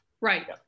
Right